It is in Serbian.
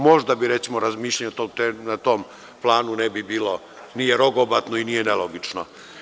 Možda bi, recimo, razmišljanje na tom planu ne bi bilo ni rogobatno ni nelogično.